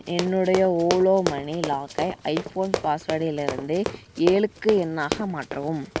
என்னுடைய ஓலா மனி லாக்கை ஐஃபோன் பாஸ்வேர்டிலிருந்து ஏலுக்கு எண்ணாக மாற்றவும்